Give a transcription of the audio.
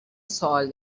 سوال